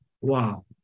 wow